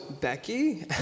Becky